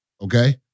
Okay